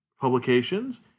Publications